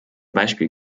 beispiel